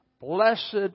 blessed